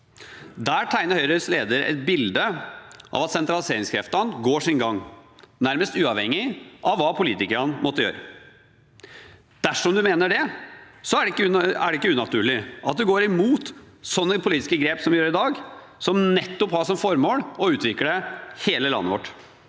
Der tegnet Høyres leder et bilde av at sentraliseringskreftene går sin gang, nærmest uavhengig av hva politikerne måtte gjøre. Dersom man mener det, er det ikke unaturlig at man går imot politiske grep som dem vi gjør i dag, som nettopp har som formål å utvikle hele landet vårt.